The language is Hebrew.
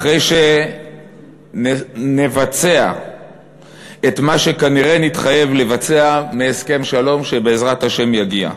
אחרי שנבצע את מה שכנראה נתחייב לבצע מהסכם שלום שבעזרת השם יגיע.